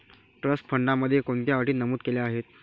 Trust फंडामध्ये कोणत्या अटी नमूद केल्या आहेत?